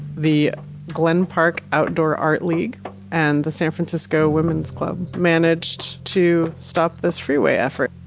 the glen park outdoor art league and the san francisco women's club managed to stop this freeway effort.